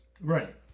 Right